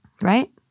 right